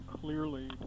clearly